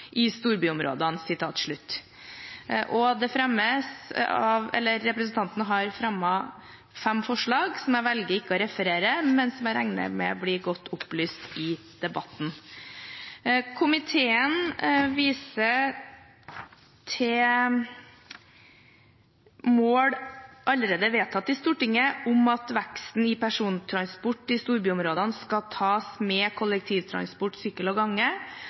i storbyområdene.» Representanten har fremmet fem forslag, som jeg velger ikke å referere, men som jeg regner med blir godt opplyst i debatten. Komiteen viser til mål allerede vedtatt i Stortinget om at veksten i persontransport i storbyområdene skal tas med kollektivtransport, sykkel og gange,